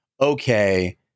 okay